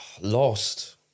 lost